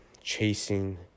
chasing